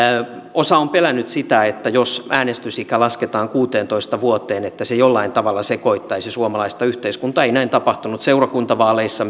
osa on pelännyt sitä että jos äänestysikä lasketaan kuuteentoista vuoteen niin se jollain tavalla sekoittaisi suomalaista yhteiskuntaa näin ei tapahtunut seurakuntavaaleissa